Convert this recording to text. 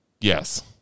Yes